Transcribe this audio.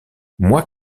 moi